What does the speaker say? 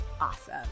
awesome